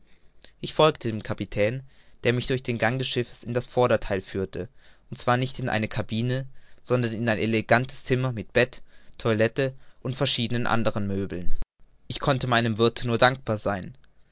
ich folgte dem kapitän der mich durch den gang des schiffes in das vordertheil führte und zwar nicht in eine cabine sondern in ein elegantes zimmer mit bett toilette und verschiedenen anderen möbeln ich konnte meinem wirthe nur dankbar sein